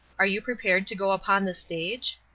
are you prepared to go upon the stage?